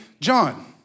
John